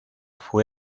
fue